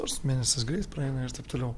nors mėnesis greit praeina ir taip toliau